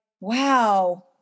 wow